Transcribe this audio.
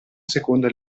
seconda